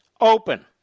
open